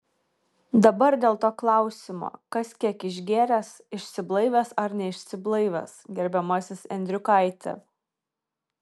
dabar dėl to klausimo kas kiek išgėręs išsiblaivęs ar neišsiblaivęs gerbiamasis endriukaiti